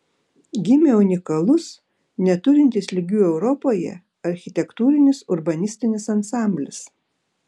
gimė unikalus neturintis lygių europoje architektūrinis urbanistinis ansamblis